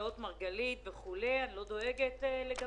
נאות מרגלית וכו', שאני לא דואגת לגביהם